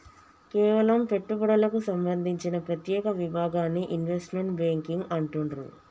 కేవలం పెట్టుబడులకు సంబంధించిన ప్రత్యేక విభాగాన్ని ఇన్వెస్ట్మెంట్ బ్యేంకింగ్ అంటుండ్రు